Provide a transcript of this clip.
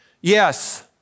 Yes